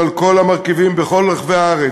הביטחון, על כל המרכיבים, בכל רחבי הארץ.